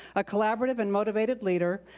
a collaborative and motivated leader,